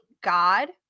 God